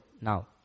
now